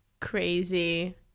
crazy